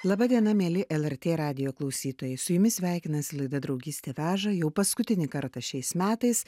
laba diena mieli lrt radijo klausytojai su jumis sveikinasi laida draugystė veža jau paskutinį kartą šiais metais